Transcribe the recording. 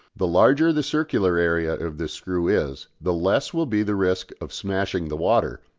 the larger the circular area of this screw is the less will be the risk of smashing the water,